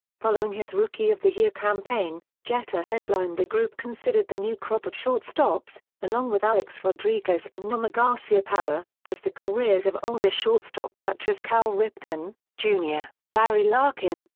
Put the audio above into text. following his rookie of the year campaign, jeter headlined a group considered the new crop of shortstops, along with alex rodriguez and nomar garciaparra, as the careers of older shortstops such as cal ripken, jr, barry larkin,